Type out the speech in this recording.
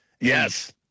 Yes